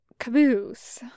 Caboose